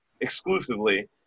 exclusively